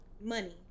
money